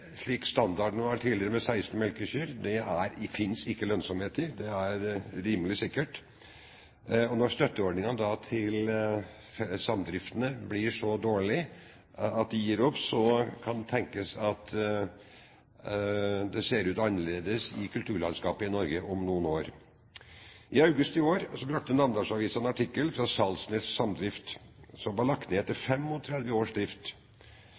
slik standarden var tidligere, med 16 melkekyr, fins det ikke lønnsomhet i, det er rimelig sikkert. Og når støtteordningene til samdriftene da blir så dårlige at man gir opp, kan det tenkes at kulturlandskapet i Norge ser annerledes ut om noen år. I august i år hadde Namdalsavisa en artikkel om Salsnes samdrift, som var lagt ned etter 35 års drift.